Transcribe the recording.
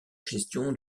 gestion